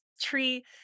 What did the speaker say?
tree